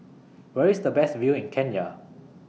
Where IS The Best View in Kenya